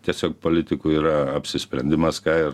tiesiog politikų yra apsisprendimas ką ir